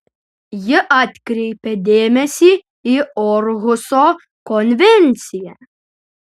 ji atkreipia dėmesį į orhuso konvenciją